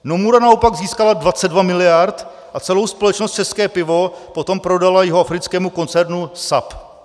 Nomura naopak získala 22 miliard a celou společnost České pivo potom prodala jihoafrickému koncernu SAB.